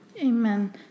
Amen